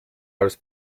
als